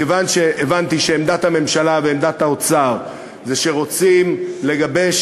מכיוון שהבנתי שעמדת הממשלה ועמדת האוצר היא שרוצים לגבש